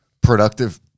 productive